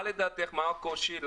מה, לדעתך, הקושי?